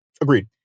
Agreed